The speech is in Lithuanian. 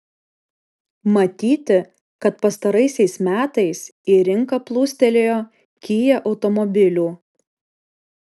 matyti kad pastaraisiais metais į rinką plūstelėjo kia automobilių